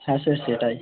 হ্যাঁ স্যার সেটাই